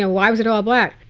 ah why was it all black?